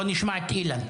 בוא נשמע את אילן.